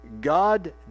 God